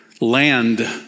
land